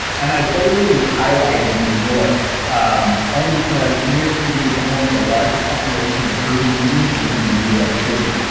and i bolded and highlighted and new york um only because new york city is the home of the largest population of urban indians living in a us city.